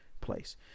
place